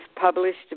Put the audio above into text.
published